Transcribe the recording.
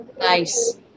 Nice